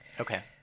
Okay